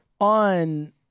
on